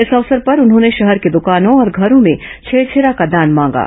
इस अवसर पर उन्होंने शहर की दुकानों और घरों भें छेरछेरा का दान मांगा